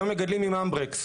היום מגדלים עם הנדברקס.